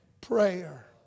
prayer